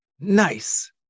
Nice